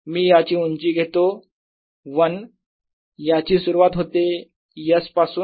मी याची उंची घेतो l याची सुरुवात होते s पासून